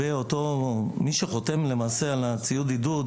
מי שחותם על אותו ציוד עידוד,